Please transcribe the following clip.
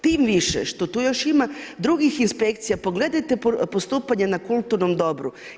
Tim više što tu još ima drugih inspekcija, pogledajte postupanje na kulturnom dobru.